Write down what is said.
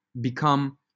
become